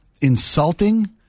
insulting